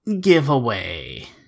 giveaway